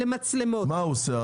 מה הוא עושה?